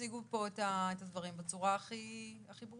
הציגו פה את הדברים בצורה הכי ברורה.